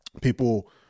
people